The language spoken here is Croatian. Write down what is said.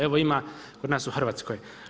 Evo ima kod nas u Hrvatskoj.